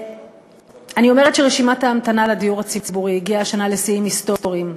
אני אומרת שרשימת ההמתנה לדיור הציבורי הגיעה השנה לשיאים היסטוריים.